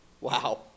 Wow